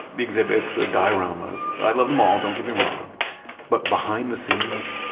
the exhibits, the dioramas i love them all, don't get me wrong but behind the scenes,